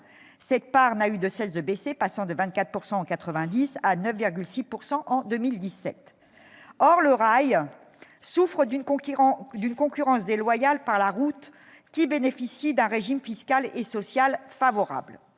Cette part n'a eu de cesse de baisser, passant de 24 % en 1990 à 9,6 % en 2017. Or le rail souffre d'une concurrence déloyale de la route, qui bénéficie d'un régime fiscal et social favorable.